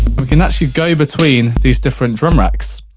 we can actually go between these different drum racks.